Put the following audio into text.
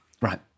Right